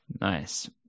Nice